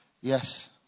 yes